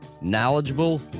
knowledgeable